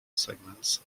segments